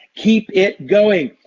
keep it going.